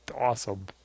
awesome